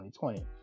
2020